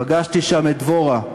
פגשתי שם את דבורה,